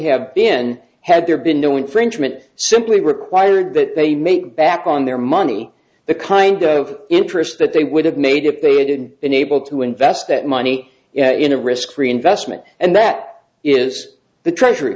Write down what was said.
have been had there been no infringement simply required that they make back on their money the kind of interest that they would have made if they hadn't been able to invest that money in a risk free investment and that is the treasury